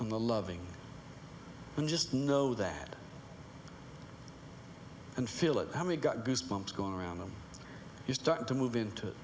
the loving and just know that and feel it how many got goosebumps going around them you start to move into it